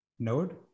node